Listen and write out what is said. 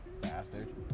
Bastard